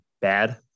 bad